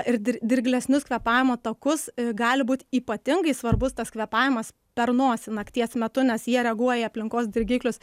ir dir dirglesnius kvėpavimo takus gali būt ypatingai svarbus tas kvėpavimas per nosį nakties metu nes jie reaguoja į aplinkos dirgiklius